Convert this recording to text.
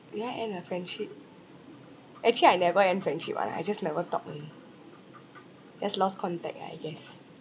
did I end a friendship actually I never end friendship one ah I just never talk only just lost contact ah I guess